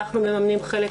אנחנו מממנים חלק,